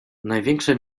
największe